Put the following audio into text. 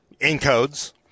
encodes